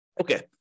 Okay